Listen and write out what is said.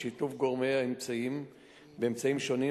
בשיתוף אמצעים שונים,